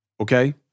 Okay